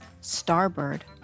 starboard